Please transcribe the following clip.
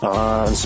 on